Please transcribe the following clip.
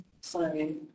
Sorry